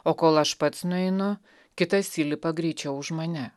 o kol aš pats nueinu kitas įlipa greičiau už mane